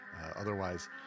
Otherwise